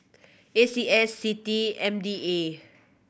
A C S CITI M D A